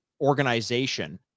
organization